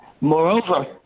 Moreover